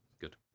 Good